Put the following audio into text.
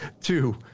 Two